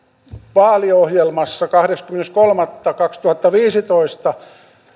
vaaliohjelmassa kahdeskymmenes kolmatta kaksituhattaviisitoista